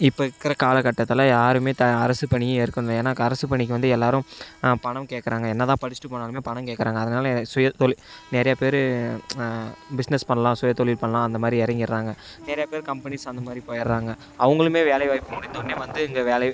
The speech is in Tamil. இப்போ இருக்கிற காலகட்டத்தில் யாருமே அரசு பணி மேற்கொள்ளலை ஏன்னால் அரசு பணிக்கு வந்து எல்லாேரும் பணம் கேட்குறாங்க என்னதான் படிச்சுட்டு போனாலுமே பணம் கேட்குறாங்க அதனால் சுயதொழில் நிறைய பேர் பிசினஸ் பண்ணலாம் சுயதொழில் பண்ணலாம் அந்த மாதிரி இறங்கிறாங்க நிறையா பேர் கம்பனிஸ் அந்த மாதிரி போய்கிறாங்க அவர்களுமே வேலைவாய்ப்பு முடிந்தோணுமே வந்து இங்கே வேலையில்